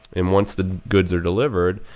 and once the goods are delivered,